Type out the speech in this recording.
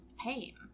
pain